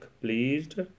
pleased